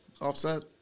offset